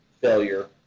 failure